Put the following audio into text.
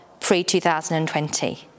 pre-2020